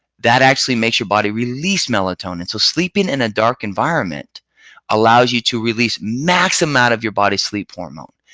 that actually makes your body release melatonin. so sleep in in a dark environment allows you to release max amount of your body's sleep hormone.